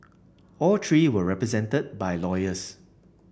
all three were represented by lawyers